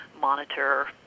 monitor